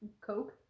Coke